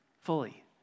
fully